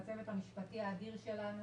לצוות המשפטי האדיר שלנו